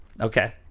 Okay